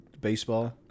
baseball